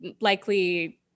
likely